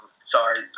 Sorry